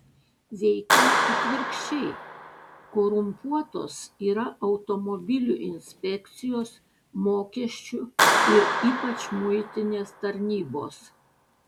veikiau atvirkščiai korumpuotos yra automobilių inspekcijos mokesčių ir ypač muitinės tarnybos